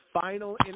final